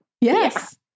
Yes